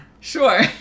Sure